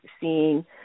seeing